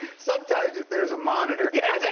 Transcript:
sometimes, if there's a monitor. yeah.